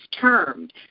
termed